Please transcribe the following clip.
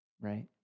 right